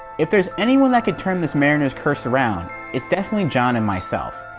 if there's anyone that could turn this mariners curse around, it's definitely jon and myself,